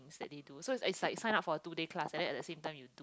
that they do so it's like you sign up for a two day class and then at the same time you